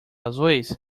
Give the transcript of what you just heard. azuis